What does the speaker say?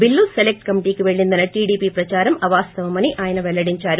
bill select కమిటీకి పెల్లిందన్న టీడీపీ ప్రదారం అవాస్తవమని ఆయన పెల్లడించారు